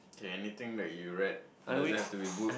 okay anything that you read doesn't have to be book